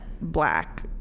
black